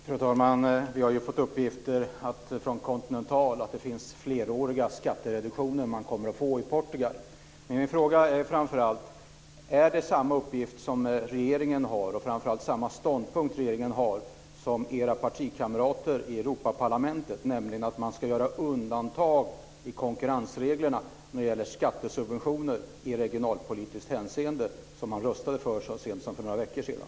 Fru talman! Vi har fått uppgifter från Continental att de kommer att få fleråriga skattereduktioner i Portugal. Min fråga är om regeringen har samma uppgift och framför allt om regeringen har samma ståndpunkt som partikamraterna i Europaparlamentet. Ska man göra undantag i konkurrensreglerna när det gäller skattesubventioner i regionalpolitiskt hänseende, vilket socialistgruppen röstade för så sent som för några veckor sedan?